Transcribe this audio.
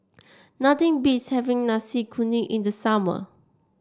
nothing beats having Nasi Kuning in the summer